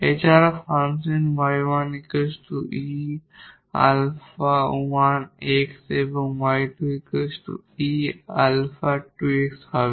এছাড়াও ফাংশন 𝑦1 𝑒 𝛼1𝑥 এবং 𝑦2 𝑒 𝛼2𝑥 হবে